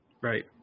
right